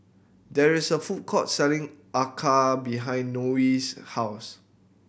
there is a food court selling Acar behind Nonie's house